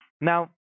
now